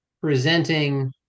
presenting